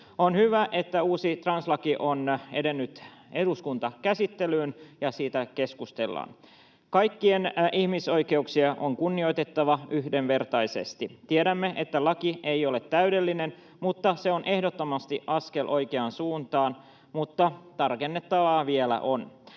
On hyvä, että uusi translaki on edennyt eduskuntakäsittelyyn ja siitä keskustellaan. Kaikkien ihmisoikeuksia on kunnioitettava yhdenvertaisesti. Tiedämme, että laki ei ole täydellinen, mutta se on ehdottomasti askel oikeaan suuntaan, vaikka tarkennettavaa vielä on.